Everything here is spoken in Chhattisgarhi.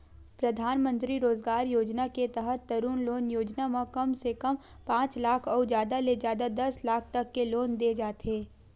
परधानमंतरी रोजगार योजना के तहत तरून लोन योजना म कम से कम पांच लाख अउ जादा ले जादा दस लाख तक के लोन दे जाथे